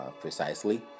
precisely